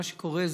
מה שקורה,